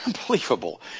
Unbelievable